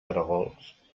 caragols